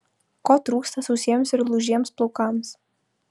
ko trūksta sausiems ir lūžiems plaukams